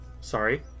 Sorry